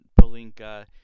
palinka